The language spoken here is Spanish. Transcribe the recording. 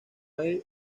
hay